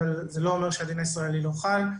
אבל זה לא אומר שהדין הישראלי לא חל.